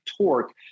torque